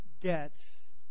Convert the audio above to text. debts